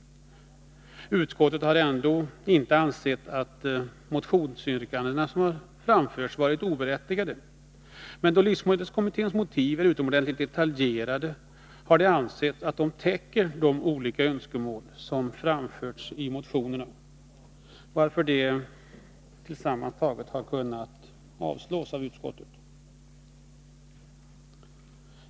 Utskottet har ändå inte ansett motionsyrkandena oberättigade, men då livsmedelskommitténs direktiv är utomordentligt detaljerade har vi menat att de täcker de olika önskemål som framförts i motionerna, varför motionerna sammantagna har avstyrkts.